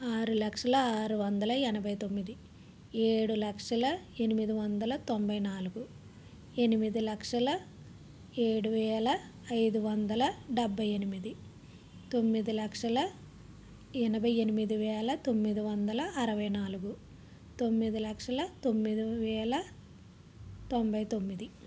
ఆరు లక్షల ఆరు వందల ఎనభై తొమ్మిది ఏడు లక్షల ఎనిమిది వందల తొంభై నాలుగు ఎనిమిది లక్షల ఏడు వేల ఐదు వందల డెబ్భై ఎనిమిది తొమ్మిది లక్షల ఎనభై ఎనిమిది వేల తొమ్మిది వందల అరవై నాలుగు తొమ్మిది లక్షల తొమ్మిది వేల తొంభై తొమ్మిది